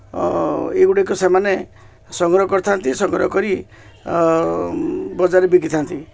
ଏଗୁଡ଼ାକୁ ସେମାନେ ସଂଗ୍ରହ କରିଥାନ୍ତି ସଂଗ୍ରହ କରି ବଜାରେ ବିକିଥାନ୍ତି